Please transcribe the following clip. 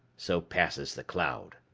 so passes the cloud.